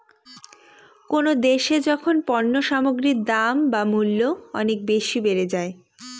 কোনো দেশে যখন পণ্য সামগ্রীর দাম বা মূল্য অনেক বেশি বেড়ে যায়